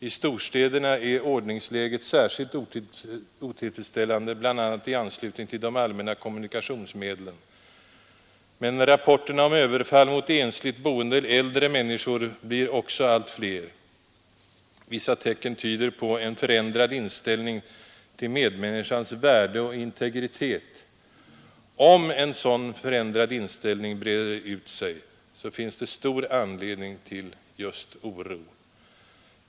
I storstäderna är ordningsläget särskilt otillfredsställande bl.a. i anslutning till de allmänna kommunikationsmedlen. Men rapporterna om överfall mot ensligt boende äldre människor blir också allt fler. Vissa tecken tyder på en förändrad inställning till medmänniskans värde och integritet. Om en sådan förändrad inställning breder ut sig, finns det stor anledning till just oro.